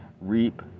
reap